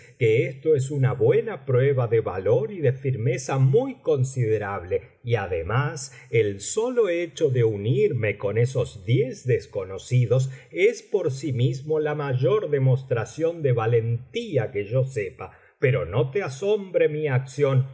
esto es una buena prueba de valor y de firmeza muy considerable y además el solo hecho de unirme con esos diez desconocidos es por sí mismo la mayor demostración de valentía que yo sepa pero no te asombre mi acción